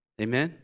Amen